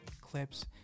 clips